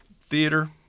theater